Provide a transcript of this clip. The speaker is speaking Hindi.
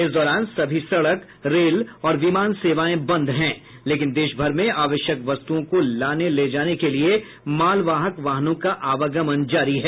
इस दौरान सभी सड़क रेल और विमान सेवाएं बंद हैं लेकिन देशभर में आवश्यक वस्तुओं को लाने ले जाने के लिए मालवाहक वाहनों का आवागमन जारी है